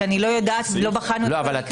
כי אני לא יודעת ולא בחנו את כל הדברים האלה.